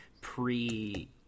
pre